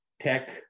tech